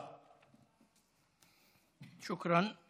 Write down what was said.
שוכרן.